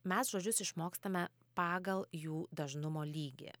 mes žodžius išmokstame pagal jų dažnumo lygį